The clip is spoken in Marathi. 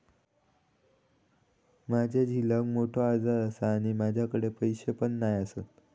माझ्या झिलाक मोठो आजार आसा आणि माझ्याकडे पैसे पण नाय आसत